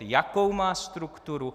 jakou má strukturu;